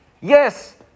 yes